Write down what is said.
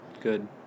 good